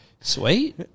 sweet